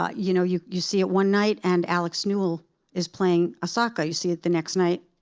um you know you you see it one night, and alex newell is playing asaka. you see it the next night,